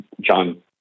John